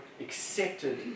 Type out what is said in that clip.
accepted